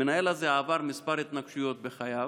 המנהל הזה עבר כמה התנקשויות בחייו.